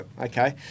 okay